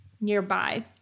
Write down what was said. nearby